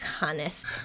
honest